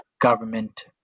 government